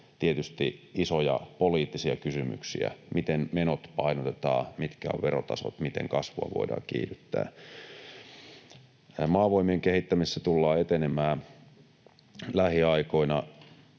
tietysti isoja poliittisia kysymyksiä, että miten menot painotetaan, mitkä ovat verotasot, miten kasvua voidaan kiihdyttää. Maavoimien kehittämisessä tullaan etenemään lähiaikoina.